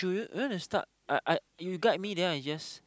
do you you wanna start I I you guide me then I just